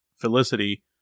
Felicity